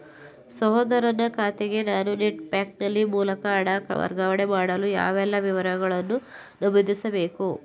ಸಹೋದರನ ಖಾತೆಗೆ ನಾನು ನೆಟ್ ಬ್ಯಾಂಕಿನ ಮೂಲಕ ಹಣ ವರ್ಗಾವಣೆ ಮಾಡಲು ಯಾವೆಲ್ಲ ವಿವರಗಳನ್ನು ನಮೂದಿಸಬೇಕು?